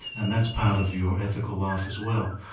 and that's part of your ethical life as well.